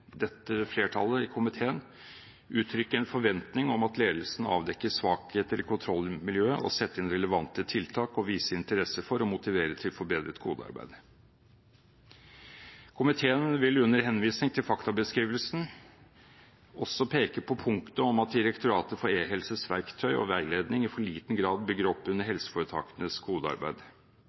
dette flertallet i komiteen uttrykke en forventning om at ledelsen avdekker svakheter i kontrollmiljøet, setter inn relevante tiltak og viser interesse for, og motiverer til, forbedret kodearbeid. Komiteen vil under henvisning til faktabeskrivelsen også peke på punktet om at Direktoratet for e-helses verktøy og veiledning i for liten grad bygger opp under helseforetakenes kodearbeid.